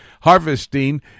harvesting